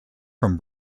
from